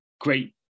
great